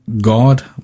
God